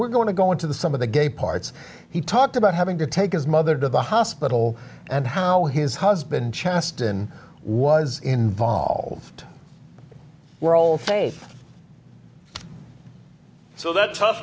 we're going to go into some of the gay parts he talked about having to take his mother to the hospital and how his husband chast and was involved were all faith so that tough